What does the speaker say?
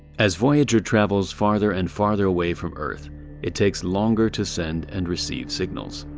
as voyager travels further and further away from earth it takes longer to send and receive signals.